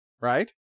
right